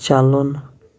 چَلُن